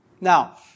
Now